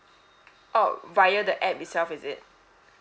oh via the app itself is it